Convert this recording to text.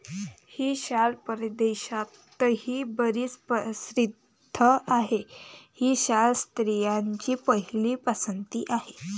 ही शाल परदेशातही बरीच प्रसिद्ध आहे, ही शाल स्त्रियांची पहिली पसंती आहे